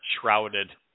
shrouded